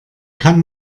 kann